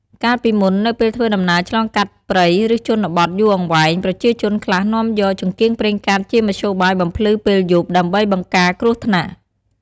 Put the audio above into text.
កាលពីមុន នៅពេលធ្វើដំណើរឆ្លងកាត់ព្រៃឬជនបទយូរអង្វែង ប្រជាជនខ្លះនាំយក ចង្កៀងប្រេងកាតជាមធ្យោបាយបំភ្លឺពេលយប់ ដើម្បីបង្ការគ្រោះថ្នាក់។